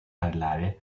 parlare